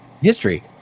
history